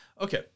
Okay